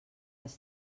les